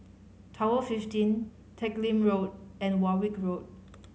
Tower fifteen Teck Lim Road and Warwick Road